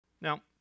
Now